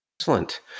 excellent